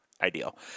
ideal